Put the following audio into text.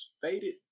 Faded